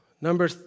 Number